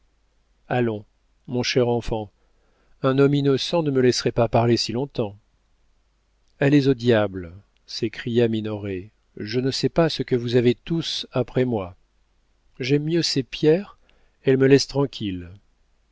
allons mon cher enfant un homme innocent ne me laisserait pas parler si long-temps allez au diable s'écria minoret je ne sais pas ce que vous avez tous après moi j'aime mieux ces pierres elles me laissent tranquille